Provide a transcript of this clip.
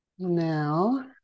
Now